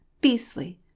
beastly